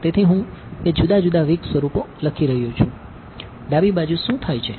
તેથી હું બે જુદા જુદા વીક છે જે ઉત્પન્ન થાય છે